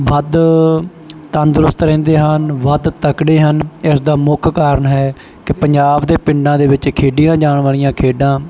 ਵੱਧ ਤੰਦਰੁਸਤ ਰਹਿੰਦੇ ਹਨ ਵੱਧ ਤਕੜੇ ਹਨ ਇਸ ਦਾ ਮੁੱਖ ਕਾਰਨ ਹੈ ਕਿ ਪੰਜਾਬ ਦੇ ਪਿੰਡਾਂ ਦੇ ਵਿੱਚ ਖੇਡੀਆਂ ਜਾਣ ਵਾਲੀਆਂ ਖੇਡਾਂ